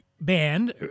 band